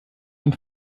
ihn